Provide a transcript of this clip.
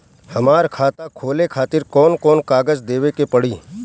हमार खाता खोले खातिर कौन कौन कागज देवे के पड़ी?